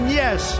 yes